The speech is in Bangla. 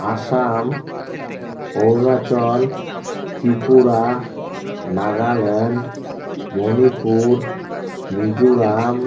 আসাম অরুণাচল ত্রিপুরা নাগাল্যান্ড মণিপুর মিজোরাম